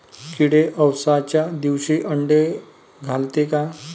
किडे अवसच्या दिवशी आंडे घालते का?